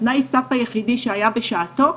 תנאי הסף היחיד שהיה בשעתו,